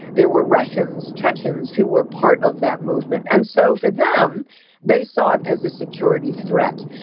there were russians chechens who were part of that movement. and so for them they saw it as a security threat.